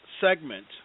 segment